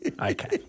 okay